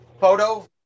photo